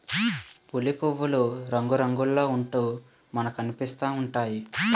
పులి పువ్వులు రంగురంగుల్లో ఉంటూ మనకనిపిస్తా ఉంటాయి